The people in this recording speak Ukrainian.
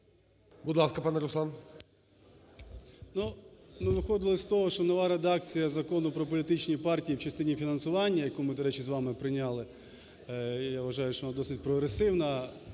Будь ласка, пане Руслан.